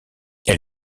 elle